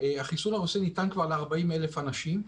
החיסון הרוסי ניתן כבר ל-40,000 אנשים,